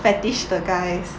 fetish 的 guys